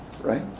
right